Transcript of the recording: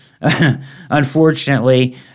unfortunately